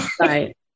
right